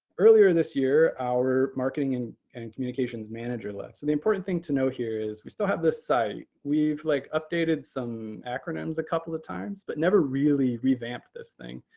earlier this year, our marketing and and communications manager left. so and the important thing to know here is we still have the site. we've like updated some acronyms a couple of times, but never really revamped this thing,